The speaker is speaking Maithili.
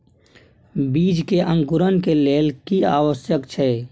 बीज के अंकुरण के लेल की आवश्यक छै?